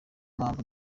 mpamvu